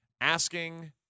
asking